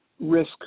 risk